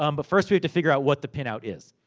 um but first, we have to figure out what the pin-out is.